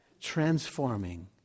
transforming